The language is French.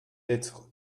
être